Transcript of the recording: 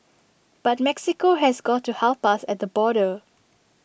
but Mexico has got to help us at the border